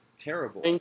terrible